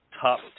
top